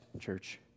Church